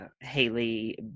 Haley